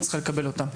היא צריכה לקבל אותם.